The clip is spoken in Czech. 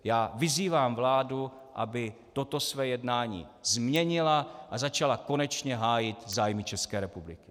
Já vyzývám vládu, aby toto své jednání změnila a začala konečně hájit zájmy České republiky.